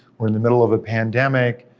we're in the middle of a pandemic,